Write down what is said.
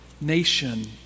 nation